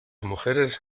mujeres